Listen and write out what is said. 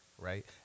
Right